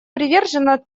привержено